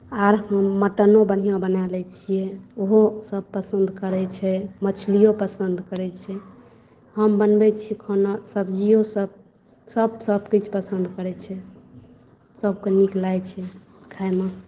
आर हम मटनो बढ़िआँ बना लैत छियै ओहो सभ पसन्द करैत छै मछलीओ सभ पसन्द करैत छै हम बनबैत छी खाना सब्जिओसभ सभ सभ किछु पसन्द करैत छै सभकेँ नीक लागैत छै खाइमे